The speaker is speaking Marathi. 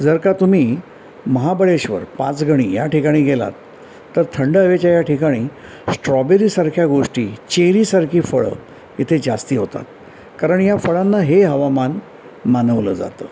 जर का तुम्ही महाबळेश्वर पाचगणी ठिकाणी गेला आहात तर थंड हवेच्या या ठिकाणी स्ट्रॉबेरीसारख्या गोष्टी चेरीसारखी फळं इथे जास्त होतात कारण या फळांना हे हवामान मानवलं जातं